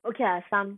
okay ah some